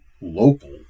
local